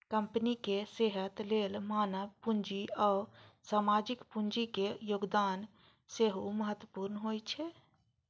कंपनीक सेहत लेल मानव पूंजी आ सामाजिक पूंजीक योगदान सेहो महत्वपूर्ण होइ छै